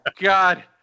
God